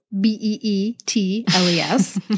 B-E-E-T-L-E-S